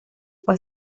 fue